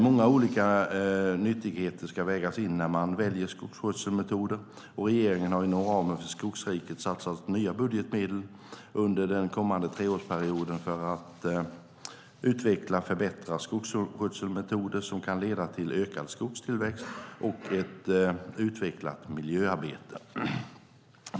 Många olika nyttigheter ska vägas in när man väljer skogsskötselmetoder, och regeringen har inom ramen för Skogsriket satsat nya budgetmedel under den kommande treårsperioden för att utveckla och förbättra skogsskötselmetoder som kan leda till ökad skogstillväxt och ett utvecklat miljöarbete.